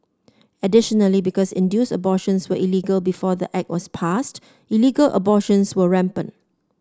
additionally because induced abortions were illegal before the Act was passed illegal abortions were rampant